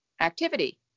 activity